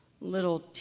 little